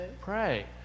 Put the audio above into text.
pray